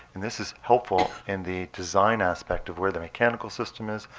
and this is helpful in the design aspect of where the mechanical system is,